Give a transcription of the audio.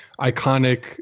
iconic